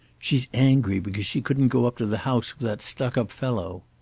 she's angry because she couldn't go up to the house with that stuck-up fellow.